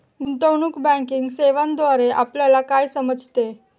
गुंतवणूक बँकिंग सेवांद्वारे आपल्याला काय समजते?